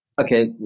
Okay